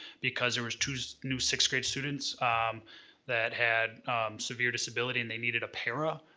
because there were two so new six grade students that had severe disability and they needed a para.